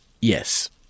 Yes